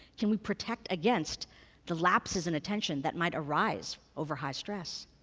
can we protect against the lapses in attention that might arise over high stress?